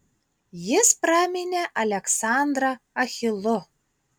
jis praminė aleksandrą achilu